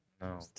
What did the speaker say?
No